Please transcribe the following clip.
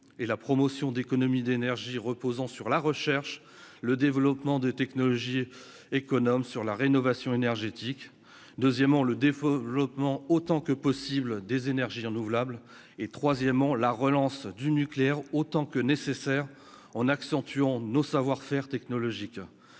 et la promotion d'économie d'énergie, reposant sur la recherche, le développement de technologies économes sur la rénovation énergétique deuxièmement le défaut, autant que possible des énergies renouvelables et troisièmement la relance du nucléaire autant que nécessaire, en accentuant nos savoir-faire technologique,